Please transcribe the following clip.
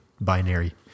binary